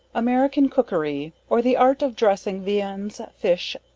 american cookery, or the art of dressing viands, fish,